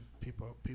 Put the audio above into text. People